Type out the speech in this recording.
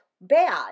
bad